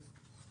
לוועדת הכלכלה.